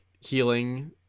healing